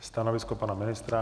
Stanovisko pana ministra?